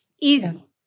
Easy